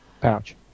pouch